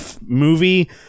movie